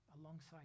alongside